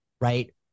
right